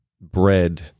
bread